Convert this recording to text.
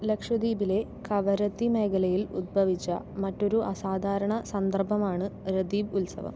ലക്ഷദ്വീപിലെ കവരത്തി മേഖലയിൽ ഉത്ഭവിച്ച മറ്റൊരു അസാധാരണ സന്ദര്ഭമാണ് രതീബ് ഉത്സവം